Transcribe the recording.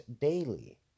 daily